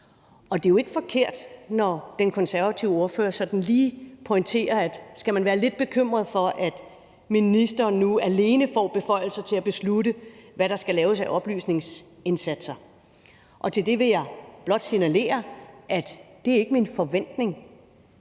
Og det er jo ikke forkert, når den konservative ordfører lige pointerer, at man kan være lidt bekymret, når nu ministeren alene får beføjelser til at beslutte, hvad der skal laves af oplysningsindsatser. Til det vil jeg blot signalere, at det ikke er min forventning